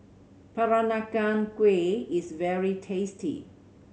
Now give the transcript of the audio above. Peranakan Kueh is very tasty